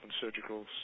Surgical